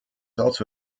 also